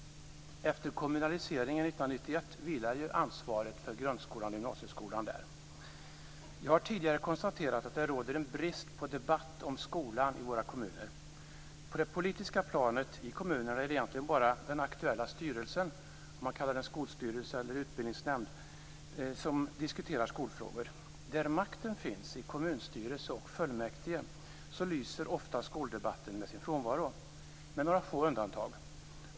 Efter kommunaliseringen 1991 vilar ju ansvaret för grundskolan och gymnasieskolan där. Jag har tidigare konstaterat att det råder en brist på debatt om skolan i våra kommuner. På det politiska planet i kommunerna är det egentligen bara den aktuella styrelsen - skolstyrelsen eller utbildningsnämnden - som diskuterar skolfrågor. Där makten finns, i kommunstyrelse och fullmäktige, lyser ofta skoldebatten med sin frånvaro. Det finns några få undantag.